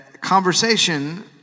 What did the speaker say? conversation